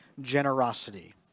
generosity